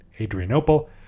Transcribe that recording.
Adrianople